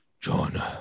John